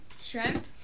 Shrimp